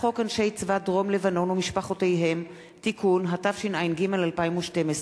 צבא דרום-לבנון ומשפחותיהם (תיקון), התשע"ג 2012,